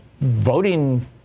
voting